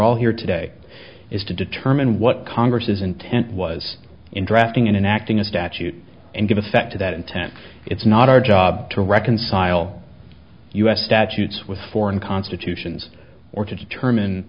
all here today is to determine what congress is intent was in drafting and acting a statute and give effect to that intent it's not our job to reconcile us statutes with foreign constitutions or to determine